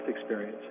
experience